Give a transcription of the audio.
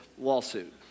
lawsuit